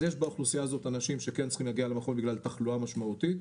יש באוכלוסייה הזאת אנשים שכן צריכים להגיע למכון בגלל תחלואה משמעותית,